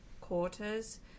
quarters